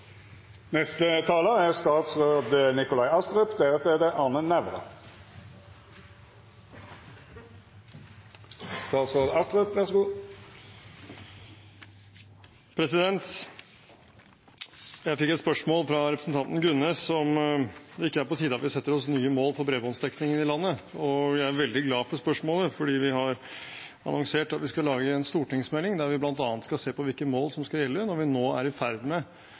Jeg fikk et spørsmål fra representanten Gunnes om det ikke var på tide at vi setter oss nye mål for bredbåndsdekningen i landet. Jeg er veldig glad for spørsmålet, for vi har annonsert at vi skal lage en stortingsmelding der vi bl.a. skal se på hvilke mål som skal gjelde når vi nå er i ferd med